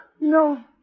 No